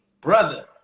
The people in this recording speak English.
brother